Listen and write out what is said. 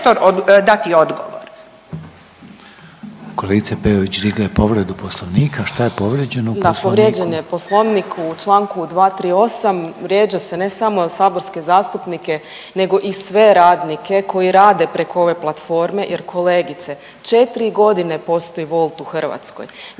Željko (HDZ)** Kolegica Peović digla je povredu poslovnika, šta je povrijeđeno u poslovniku? **Peović, Katarina (RF)** Da povrijeđen je poslovnik u čl. 238., vrijeđa se ne samo saborske zastupnike nego i sve radnike koji rade preko ove platforme jer kolegice 4.g. postoji Wolt u Hrvatskoj.